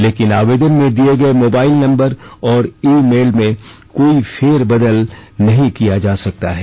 लेकिन आवेदन में दिए गए मोबाइल नंबर और ई मेल में कोई फेरबदल नहीं किया जा सकता है